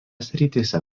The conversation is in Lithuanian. srityse